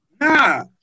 Nah